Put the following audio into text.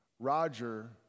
Roger